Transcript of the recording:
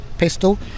pistol